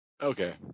Okay